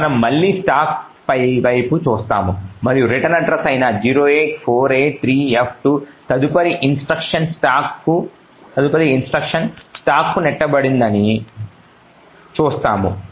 కాబట్టి మనము మళ్ళీ స్టాక్ వైపు చూస్తాము మరియు రిటర్న్ అడ్రస్ అయిన 08483f2 తదుపరి ఇన్స్ట్రక్షన్ స్టాక్కు నెట్టివేయబడిందని చూస్తాము